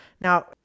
Now